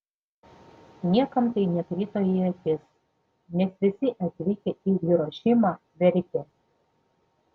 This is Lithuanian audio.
niekam tai nekrito į akis nes visi atvykę į hirošimą verkė